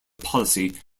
policy